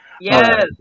Yes